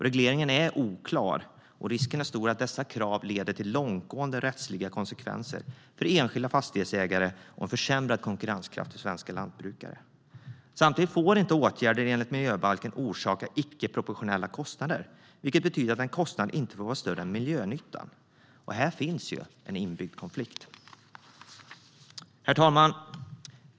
Regleringen är oklar, och risken är stor att dessa krav får långtgående rättsliga konsekvenser för enskilda fastighetsägare och leder till försämrad konkurrenskraft för svenska lantbrukare. Samtidigt får inte åtgärder enligt Miljöbalken orsaka icke-proportionella kostnader, vilket betyder att en kostnad inte får vara större än miljönyttan. Här finns en inbyggd konflikt. Herr talman!